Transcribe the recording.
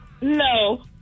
No